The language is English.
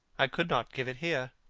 i could not give it here.